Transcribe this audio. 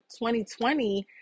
2020